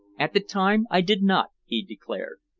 at the time i did not, he declared.